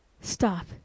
stop